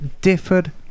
differed